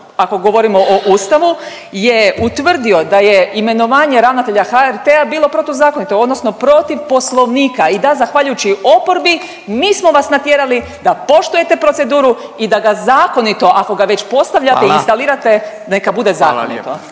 ako govorimo o Ustavu je utvrdio da je imenovanje ravnatelja HRT-a bilo protuzakonito odnosno protiv Poslovnika i da zahvaljujući oporbi mi smo vas natjerali da poštujete proceduru i da ga zakonito, ako ga već postavljate …/Upadica Radin: Hvala./… i instalirate, neka bude zakonito.